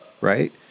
right